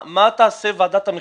מה תעשה ועדת המכרזים?